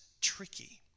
tricky